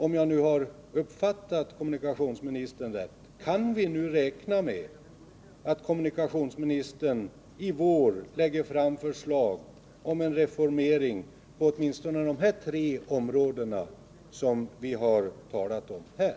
Om jag uppfattade kommunikationsministern rätt måste min sista fråga bli: Kan vi räkna med att kommunikationsministern i vår lägger fram förslag till en reformering åtminstone på de tre områden vi talar om här?